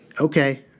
Okay